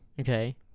Okay